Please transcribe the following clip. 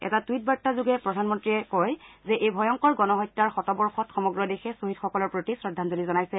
এটা টুইট বাৰ্তা যোগে প্ৰধানমন্ত্ৰীয়ে কয় যে এই ভয়ংকৰ গণহত্যাৰ শতবৰ্ষত সমগ্ৰ দেশে খৃহীদসকলৰ প্ৰতি শ্ৰদ্ধাঞ্জলি জনাইছে